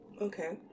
Okay